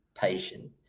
patient